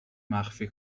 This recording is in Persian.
مخفی